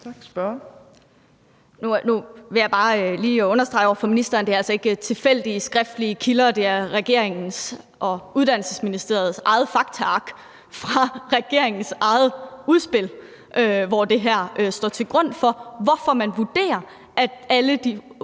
Nu vil jeg bare lige understrege over for ministeren, at det altså ikke er tilfældige skriftlige kilder, men at det er regeringen og Uddannelses- og Forskningsministeriets eget faktaark fra regeringens eget udspil, hvor det ligger til grund, at man vurderer, at alle de